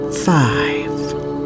five